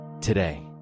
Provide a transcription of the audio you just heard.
today